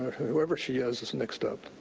whoever she is, is mixed up.